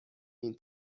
این